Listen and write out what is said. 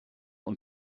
und